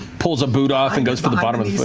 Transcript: pulls a boot off and goes for the bottom of the foot,